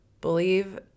believe